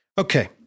Okay